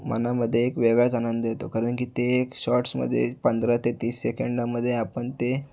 मनामध्ये एक वेगळाच आनंद येतो कारण की ते एक शॉर्टसमध्ये पंधरा ते तीस सेकंडामध्ये आपण ते